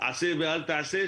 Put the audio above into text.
עשה ואל תעשה,